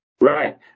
Right